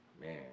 Man